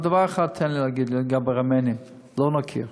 אבל דבר אחד תן לי להגיד, לגבי הארמנים, לא נכיר,